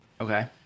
Okay